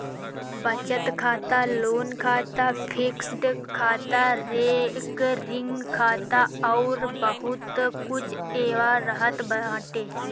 बचत खाता, लोन खाता, फिक्स्ड खाता, रेकरिंग खाता अउर बहुते कुछ एहवा रहत बाटे